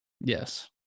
Yes